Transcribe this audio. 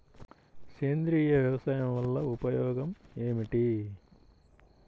సేంద్రీయ వ్యవసాయం వల్ల ఉపయోగం ఏమిటి?